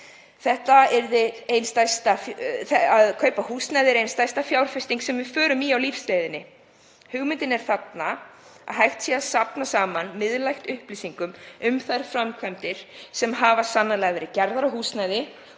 Að kaupa húsnæði er ein stærsta fjárfesting sem við förum í á lífsleiðinni. Hugmyndin er þarna að hægt sé að safna saman miðlægt upplýsingum um þær framkvæmdir sem hafa sannanlega verið gerðar á húsnæði